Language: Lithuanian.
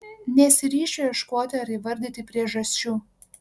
nesiryšiu ieškoti ar įvardyti priežasčių